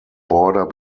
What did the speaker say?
border